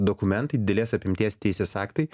dokumentai didelės apimties teisės aktai